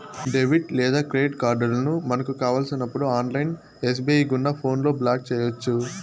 debit లేదా credit కార్డులను మనకు కావలసినప్పుడు ఆన్లైన్ ఎస్.బి.ఐ గుండా ఫోన్లో బ్లాక్ చేయొచ్చు